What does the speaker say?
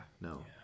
no